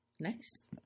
Nice